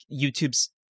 youtube's